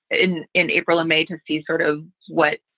in in april, a major piece. sort of what?